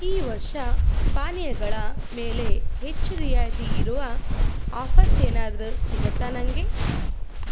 ಈ ವರ್ಷ ಪಾನೀಯಗಳ ಮೇಲೆ ಹೆಚ್ಚು ರಿಯಾಯಿತಿ ಇರುವ ಆಫರ್ಸ್ ಏನಾದರೂ ಸಿಗತ್ತಾ ನನಗೆ